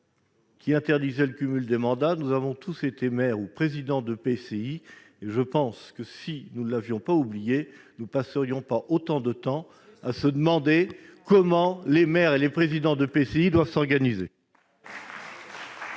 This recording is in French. qui interdisait le cumul des mandats, nous avons tous été maire ou président d'EPCI. Si nous ne l'avions pas oublié, nous ne passerions pas autant de temps à nous demander comment les maires et les présidents d'EPCI doivent s'organiser.